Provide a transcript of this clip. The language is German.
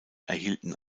erhielten